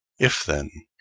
if, then,